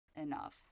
enough